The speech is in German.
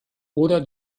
oder